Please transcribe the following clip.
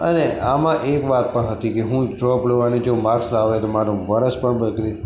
અને આમાં એક વાત પણ હતી કે હું ડ્રોપ લઉં અને જો માર્ક્સ ન આવે તો મારૂં વર્ષ પણ બગડે